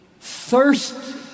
thirst